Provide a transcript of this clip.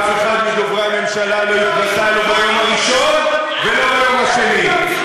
ואף אחד מדוברי הממשלה לא התבטא לא ביום הראשון ולא ביום השני,